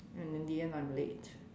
and in the end I'm late